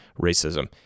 racism